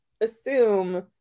assume